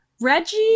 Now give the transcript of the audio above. Reggie